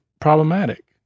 problematic